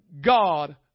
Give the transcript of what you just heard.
God